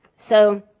so,